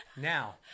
now